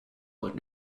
were